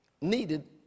needed